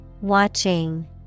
Watching